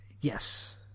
Yes